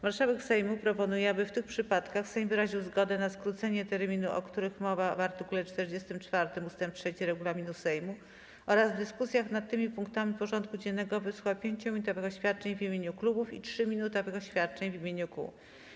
Marszałek Sejmu proponuje, aby w tych przypadkach Sejm wyraził zgodę na skrócenie terminów, o których mowa w art. 44 ust. 3 regulaminu Sejmu, oraz w dyskusjach nad tymi punktami porządku dziennego wysłuchał 5-minutowych oświadczeń w imieniu klubów i 3-minutowych oświadczeń w imieniu kół.